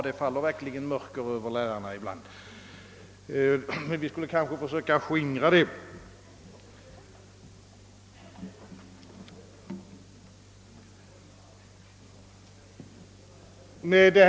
Det faller verkligen mörker över lärarna, men vi kanske skulle kunna försöka skingra det.